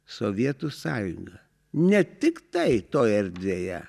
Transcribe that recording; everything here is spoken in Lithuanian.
sovietų sąjungą ne tik tai toj erdvėje